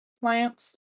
plants